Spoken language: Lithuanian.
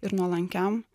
ir nuolankiam